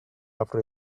after